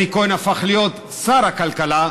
אלי כהן הפך להיות שר הכלכלה,